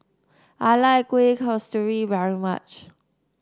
I like Kueh Kasturi very much